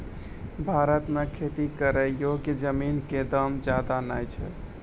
भारत मॅ खेती करै योग्य जमीन कॅ दाम ज्यादा नय छै